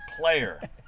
Player